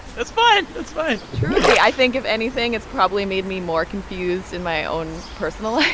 that's fine. that's fine truly, i think, if anything, it's probably made me more confused in my own personal life.